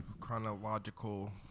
chronological